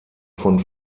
von